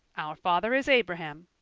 our father is abraham.